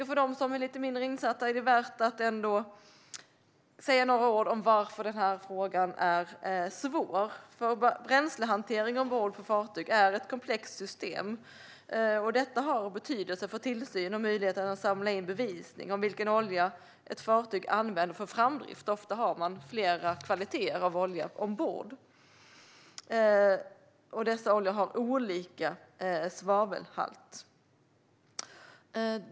För dem som är lite mindre insatta är det värt att säga några ord om varför denna fråga är svår. Bränslehantering ombord på fartyg är ett komplext system. Detta har betydelse för tillsynen och möjligheten att samla in bevisning om vilken olja ett fartyg använder för framdrift. Ofta har man flera kvaliteter av olja ombord, och dessa oljor har olika svavelhalt.